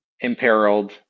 imperiled